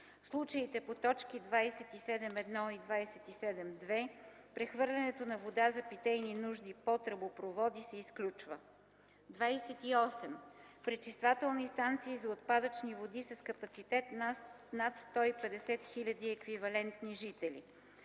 В случаите по т. 27.1 и 27.2 прехвърлянето на вода за питейни нужди по тръбопроводи се изключва. 28. Пречиствателни станции за отпадъчни води с капацитет над 150 000 еквивалентни жители.